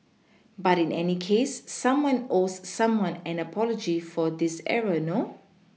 but in any case someone owes someone an apology for this error no